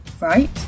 right